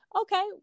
okay